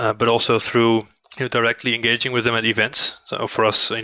but also through directly engaging with them at events. so for us, and